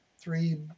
three